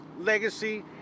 legacy